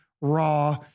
raw